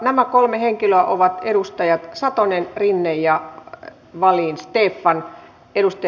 nämä kolme henkilöä ovat edustajat satonen rinne ja stefan wallin